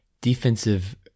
defensive